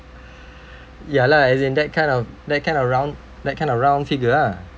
ya lah as in that kind of that kind of round that kind of round figure ah